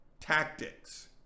Tactics